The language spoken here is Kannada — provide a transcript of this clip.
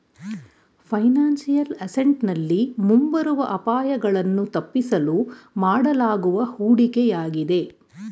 ಫೈನಾನ್ಸಿಯಲ್ ಅಸೆಂಟ್ ನಲ್ಲಿ ಮುಂಬರುವ ಅಪಾಯಗಳನ್ನು ತಪ್ಪಿಸಲು ಮಾಡಲಾಗುವ ಹೂಡಿಕೆಯಾಗಿದೆ